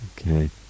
okay